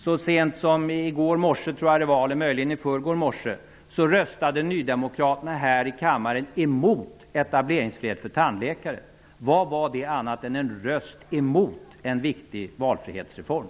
Så sent som i går morse, eller möjligen i förrgår, röstade nydemokraterna här i kammaren emot etableringsfrihet för tandläkare. Vad var det annat än en röst mot en viktig valfrihetsreform?